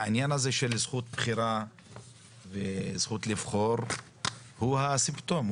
העניין הזה של זכות בחירה וזכות לבחור הוא הסימפטום,